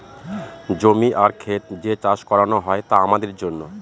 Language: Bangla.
জমি আর খেত যে চাষ করানো হয় তা আমাদের জন্য